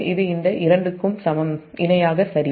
இது இந்த இரண்டிற்கும் இணையாக சமம்